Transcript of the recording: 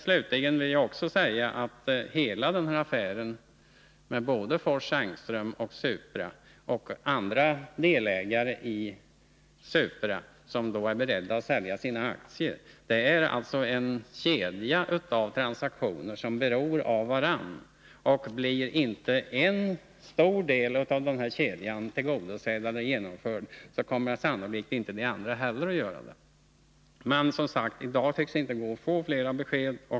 Slutligen vill jag också säga att hela den här affären med både Fors Engström och Supra och andra delägare i Supra, som är beredda att sälja sina aktier, är en kedja av transaktioner som beror av varandra. Blir inte en stor del av denna kedja av transaktioner genomförd, kommer sannolikt inte de andra heller att bli det. Som sagt, i dag tycks det inte gå att få fler besked.